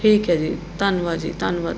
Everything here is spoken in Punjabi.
ਠੀਕ ਹੈ ਜੀ ਧੰਨਵਾਦ ਜੀ ਧੰਨਵਾਦ